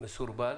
ומסורבל